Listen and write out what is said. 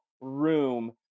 room